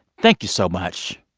thank you so much.